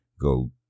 go